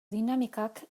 dinamikak